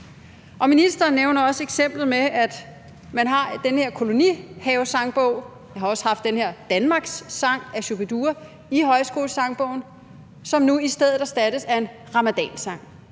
ministeren nævner også eksemplet med, at man har den her kolonihavesang, og vi har også haft den her Danmarkssang af Shu-bi-dua i Højskolesangbogen, som nu i stedet erstattes af en ramadansang.